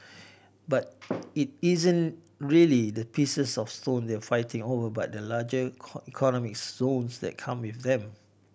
but it isn't really the pieces of stone they're fighting over but the larger economic zones that come with them